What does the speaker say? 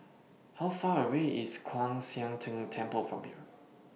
How Far away IS Kwan Siang Tng Temple from here